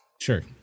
Sure